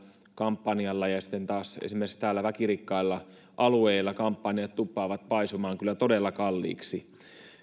kampanjalla ja sitten taas esimerkiksi täällä väkirikkailla alueilla kampanjat tuppaavat paisumaan kyllä todella kalliiksi